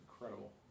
incredible